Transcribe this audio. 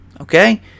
Okay